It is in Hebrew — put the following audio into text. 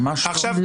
ממש לא.